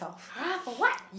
!huh! for what